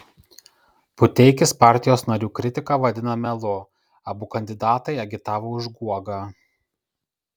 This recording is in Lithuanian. puteikis partijos narių kritiką vadina melu abu kandidatai agitavo už guogą